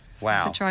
Wow